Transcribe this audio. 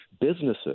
Businesses